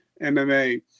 MMA